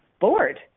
bored